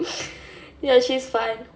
no she's fun